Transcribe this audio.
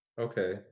okay